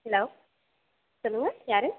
hello சொல்லுங்கள் யாரு